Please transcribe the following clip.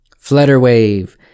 Flutterwave